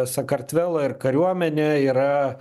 sakartvelo ir kariuomenė yra